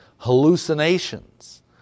hallucinations